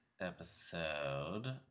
episode